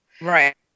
Right